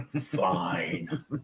Fine